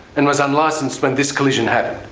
and was unlicensed when this collision happened.